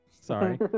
Sorry